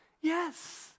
Yes